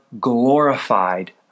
glorified